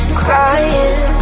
crying